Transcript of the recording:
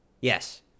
Yes